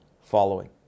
following